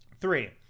Three